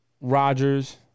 Rodgers